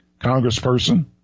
congressperson